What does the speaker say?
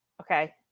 okay